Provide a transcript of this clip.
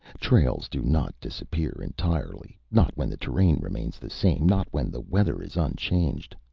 trails do not disappear entirely, not when the terrain remains the same, not when the weather is unchanged.